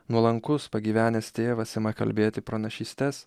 nuolankus pagyvenęs tėvas ima kalbėti pranašystes